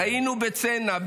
חיינו בצנע,